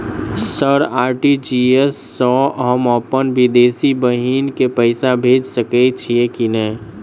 Sir RTGS सँ हम अप्पन विदेशी बहिन केँ पैसा भेजि सकै छियै की नै?